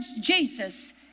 Jesus